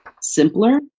simpler